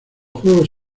juegos